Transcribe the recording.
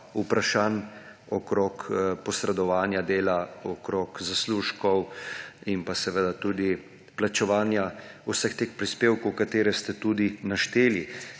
vprašanj okrog posredovanja dela, okrog zaslužkov in tudi plačevanja vseh teh prispevkov, ki ste jih našteli.